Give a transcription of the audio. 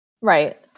Right